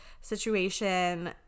situation